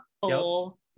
full